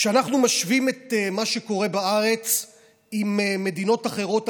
כשאנחנו משווים את מה שקורה בארץ עם מדינות אחרות,